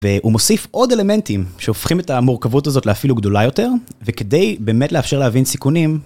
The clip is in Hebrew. הוא מוסיף עוד אלמנטים שהופכים את המורכבות הזאת לאפילו גדולה יותר וכדי באמת לאפשר להבין סיכונים...